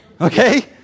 Okay